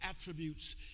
attributes